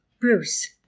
Bruce